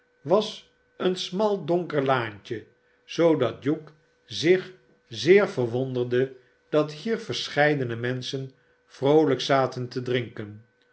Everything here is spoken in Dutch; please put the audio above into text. was een smal donker laantje zoodat hugh zich zeer verwonderde dat hier verscheidene menschen vroolijk zaten te drinken